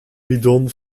bidon